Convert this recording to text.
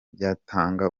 byatanga